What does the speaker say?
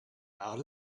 out